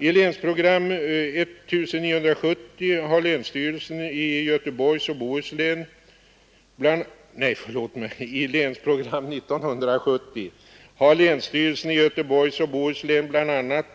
I Länsprogram 1970 har länsstyrelsen i Göteborgs och Bohus län bl.a.